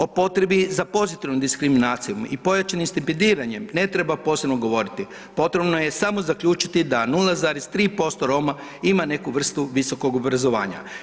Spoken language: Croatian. O potrebi za pozitivnom diskriminacijom i pojačanim stipendiranjem ne treba posebno govoriti, potrebno je samo zaključiti da 0,3% Roma ima neku vrstu visokog obrazovanja.